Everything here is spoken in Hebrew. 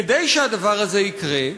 כדי שהדבר הזה יקרה,